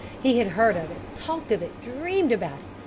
he had heard of it, talked of it, dreamed about it,